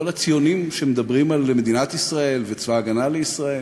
כל הציונים שמדברים על מדינת ישראל וצבא ההגנה לישראל,